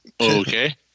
Okay